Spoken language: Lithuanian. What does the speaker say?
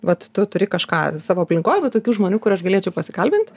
vat tu turi kažką savo aplinkoj va tokių žmonių kur aš galėčiau pasikalbint